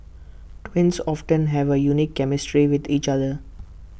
twins often have A unique chemistry with each other